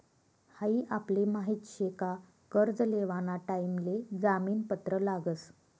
हाई आपले माहित शे का कर्ज लेवाना टाइम ले जामीन पत्र लागस